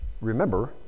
remember